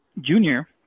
Junior